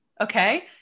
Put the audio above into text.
Okay